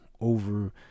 over